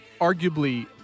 arguably